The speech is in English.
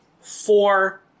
four